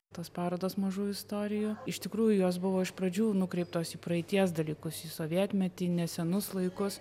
tos parodos mažų istorijų iš tikrųjų jos buvo iš pradžių nukreiptos į praeities dalykus į sovietmetį nesenus laikus